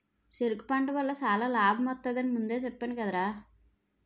చెరకు పంట వల్ల చాలా లాభమొత్తది అని ముందే చెప్పేను కదరా?